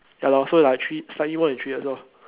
ya lor so like three slightly more than three years lor